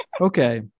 Okay